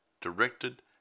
directed